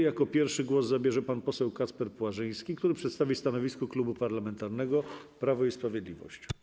Jako pierwszy głos zabierze pan poseł Kacper Płażyński, który przedstawi stanowisko Klubu Parlamentarnego Prawo i Sprawiedliwość.